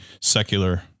secular